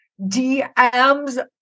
DMs